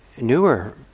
newer